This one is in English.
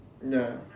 ya